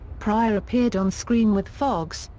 pryor appeared onscreen with foxx,